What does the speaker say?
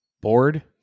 bored